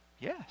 Yes